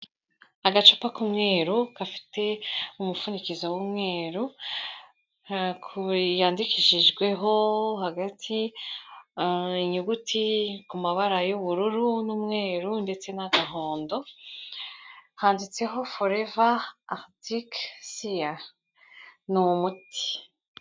Agacupa k'umweru gafite umupfunikizo w'umweru, yandikishijweho hagati inyuguti ku mabara y'ubururu n'umweru, ndetse n'agahondo, handitseho foreva aritike siya, ni umuti.